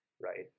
right